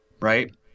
Right